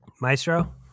Maestro